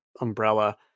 umbrella